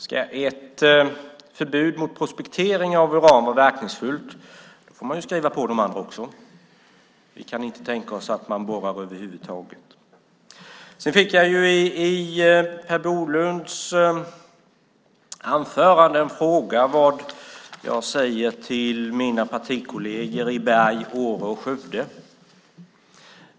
Ska ett förbud mot prospektering av uran vara verkningsfullt måste de andra också anges, nämligen att vi inte kan tänka oss att man borrar över huvud taget. Per Bolund frågade vad jag säger till mina partikolleger i Berg, Åre och Skövde.